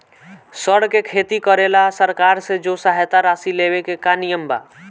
सर के खेती करेला सरकार से जो सहायता राशि लेवे के का नियम बा?